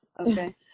Okay